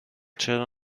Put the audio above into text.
چرا